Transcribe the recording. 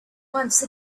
once